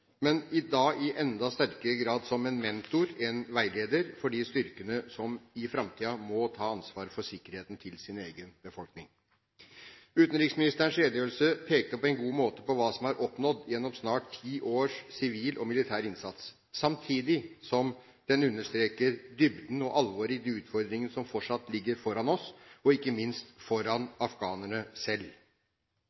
men da i enda sterkere grad som en mentor, en veileder, for de styrkene som i framtiden må ta ansvaret for sikkerheten til sin egen befolkning. Utenriksministerens redegjørelse pekte på en god måte på hva som er oppnådd gjennom snart ti års sivil og militær innsats, samtidig som den understreket dybden og alvoret i de utfordringer som fortsatt ligger foran oss, og ikke minst foran